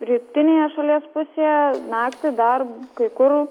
rytinėje šalies pusėje naktį dar kai kur